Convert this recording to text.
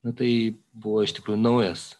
na tai buvo iš tikrųjų naujas